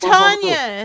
Tanya